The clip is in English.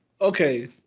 okay